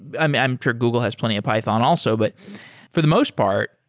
i'm i'm sure google has plenty of python also. but for the most part,